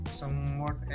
somewhat